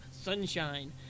Sunshine